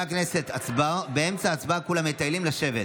לא באמצע ההצבעות, לא מסתובבים.